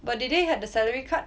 but did they had the salary cut